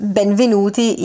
benvenuti